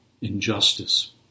injustice